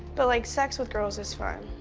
but, like, sex with girls is fun.